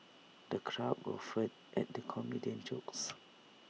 the crowd guffawed at the comedian's jokes